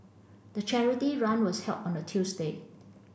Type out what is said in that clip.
the charity run was held on the Tuesday